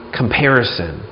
comparison